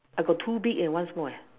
I got two big and one small eh